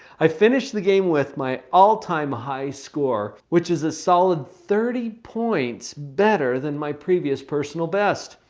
i finished the game with my all-time high score which is a solid thirty points better than my previous personal best.